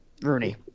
Rooney